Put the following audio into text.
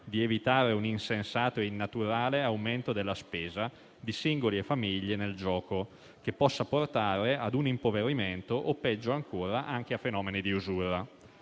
di evitare un insensato e innaturale aumento della spesa di singoli e famiglie nel gioco, che possa portare ad un impoverimento, o peggio ancora anche a fenomeni di usura.